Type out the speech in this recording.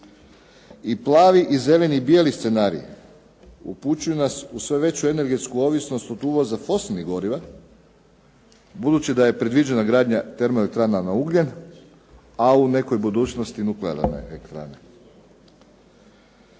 I plavi i zeleni i bijeli scenarij upućuju nas u sve veću energetsku ovisnost od uvoza fosilnih goriva budući da je predviđena gradnja termoelektrana na ugljen, a u nekoj budućnosti nuklearna elektrana.